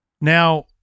Now